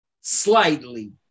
slightly